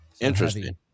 Interesting